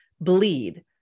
bleed